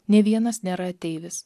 nė vienas nėra ateivis